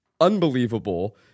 Unbelievable